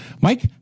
Mike